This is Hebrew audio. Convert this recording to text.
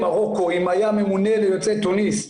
מרוקו או אם היה ממונה ליוצאי טוניס?